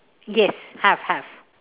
yes have have